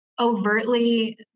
overtly